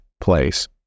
place